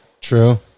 True